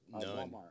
none